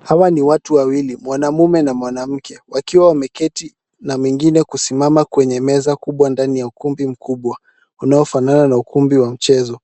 Hawa ni watu wawili, mwanamume na mwanamke wakiwa wameketi na mwingine kusimama kwenye meza kubwa ndani ya ukumbi mkubwa, unaofanana na ukumbi wa michezo.